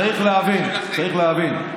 צריך להבין, צריך להבין,